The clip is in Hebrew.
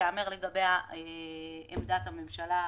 שתיאמר לגביה עמדת הממשלה במליאה.